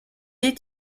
est